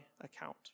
account